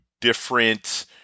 different